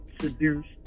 seduced